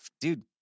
dude